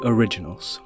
Originals